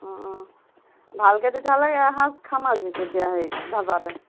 অঁ ভালকৈ তেতিয়াহ'লে এঁসাজ খাম আজি তেতিয়া সেই ধাবাতে